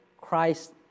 christ